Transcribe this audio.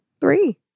three